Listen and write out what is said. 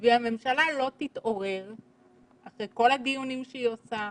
והממשלה לא תתעורר אחרי כל הדיונים שהיא עושה,